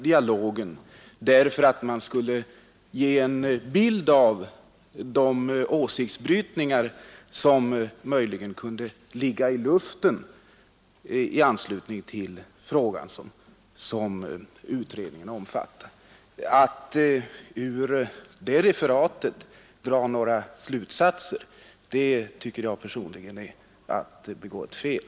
Dialogen återgavs för att ge en bild av de åsiktsbrytningar, som kunde tänkas ligga i luften beträffande den fråga som utredningen omfattade. Att av delar av referatet dra bestämda slutsatser är givetvis fel.